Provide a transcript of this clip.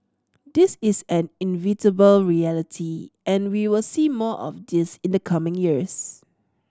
this is an reality and we will see more of this in the coming years